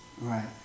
right